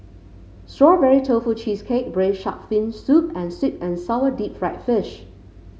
Strawberry Tofu Cheesecake braise shark fin soup and sweet and sour Deep Fried Fish